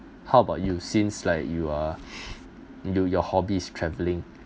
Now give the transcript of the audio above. how about you since like you are you your hobby is travelling